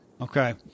Okay